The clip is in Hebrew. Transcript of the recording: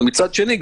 אבל מצד שני,